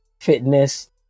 fitness